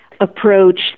approach